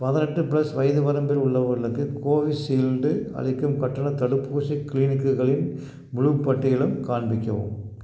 பதினெட்டு ப்ளஸ் வயது வரம்பில் உள்ளவர்களுக்கு கோவிஷீல்டு அளிக்கும் கட்டண தடுப்பூசி கிளினிக்குகளின் முழு பட்டியலும் காண்பிக்கவும்